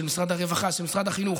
משרד הרווחה ומשרד החינוך.